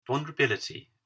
vulnerability